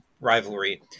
rivalry